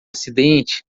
acidente